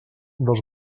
dels